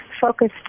focused